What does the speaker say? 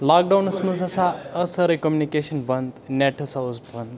لاکڈاوُنَس منٛز ہَسا ٲس سٲرٕے کٔمنِکیشَن بنٛد نٮ۪ٹ ہَسا اوس بنٛد